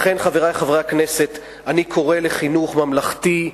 לכן, חברי חברי הכנסת, אני קורא לחינוך ממלכתי,